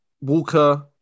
Walker